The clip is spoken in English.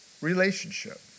relationship